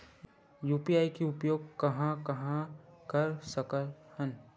UPI के उपयोग कहां कहा कर सकत हन?